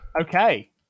okay